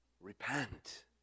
repent